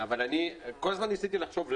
כל הזמן ניסיתי לחשוב למה?